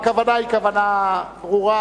הכוונה היא כוונה ברורה.